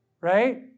right